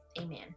Amen